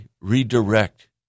redirect